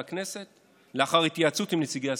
הכנסת לאחר התייעצות עם נציגי הסיעות.